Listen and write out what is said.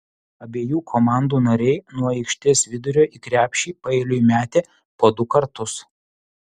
abiejų komandų nariai nuo aikštės vidurio į krepšį paeiliui metė po du kartus